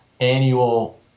Annual